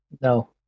No